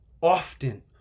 often